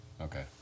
Okay